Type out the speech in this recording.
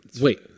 wait